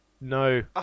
No